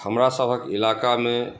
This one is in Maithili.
हमरा सभक इलाकामे